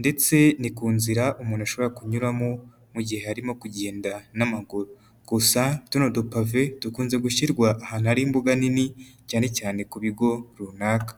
ndetse ni ku nzira umuntu ashobora kunyuramo mu gihe arimo kugenda n'amaguru, gusa tuno dupave dukunze gushyirwa ahantu hari imbuga nini cyane cyane ku bigo runaka.